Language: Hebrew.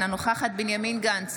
אינה נוכחת בנימין גנץ,